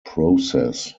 process